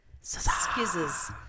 scissors